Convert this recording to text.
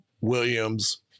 Williams